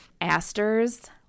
asters